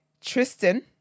Tristan